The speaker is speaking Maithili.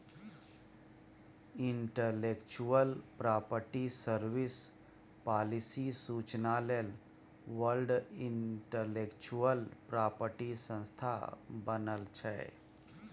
इंटलेक्चुअल प्रापर्टी सर्विस, पालिसी सुचना लेल वर्ल्ड इंटलेक्चुअल प्रापर्टी संस्था बनल छै